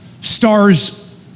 Stars